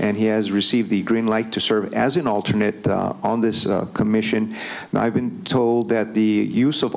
and he has received the green light to serve as an alternate on this commission and i've been told that the use of